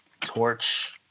Torch